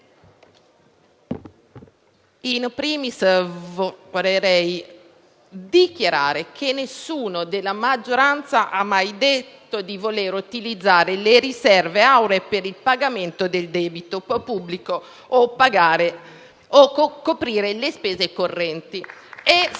*in primis* vorrei dichiarare che nessuno della maggioranza ha mai detto di voler utilizzare le riserve auree per il pagamento del debito pubblico o per coprire le spese correnti.